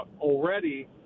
already